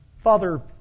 Father